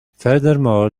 furthermore